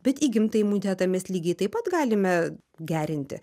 bet įgimtą imunitetą mes lygiai taip pat galime gerinti